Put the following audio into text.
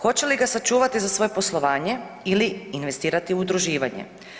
Hoće li ga sačuvati za svoje poslovanje ili investirati u udruživanje.